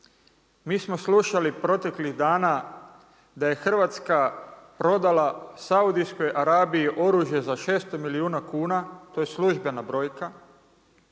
Mi smo slušali proteklih dana da je Hrvatska prodala Saudijskoj Arabiji oružje za 600 milijuna kuna, to je službena brojka,